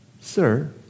Sir